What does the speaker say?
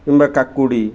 କିମ୍ବା କାକୁଡ଼ି